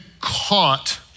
caught